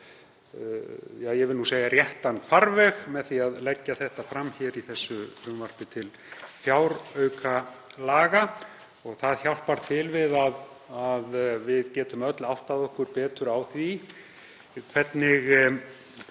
að finna þeim, réttan farveg með því að leggja þetta fram í frumvarpi til fjáraukalaga. Það hjálpar til við að við getum öll áttað okkur betur á því hvernig